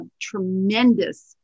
tremendous